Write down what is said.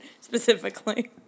specifically